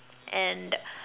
and